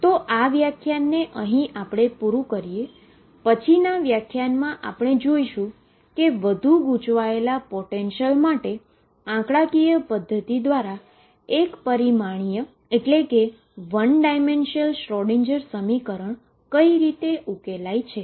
તો આ વ્યાખ્યાનને અહી પુરું કરીએ અને પછીના વ્યાખ્યાનમાં આપણે જોશું કે વધુ ગુચવાયેલા પોટેંશિયલ માટે આંકડાકીય પધ્ધતિ દ્વારા એક પરિમાણીય શ્રોડિંજર સમીકરણ કઈ રીતે ઉકેલાય છે